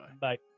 Bye